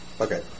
Okay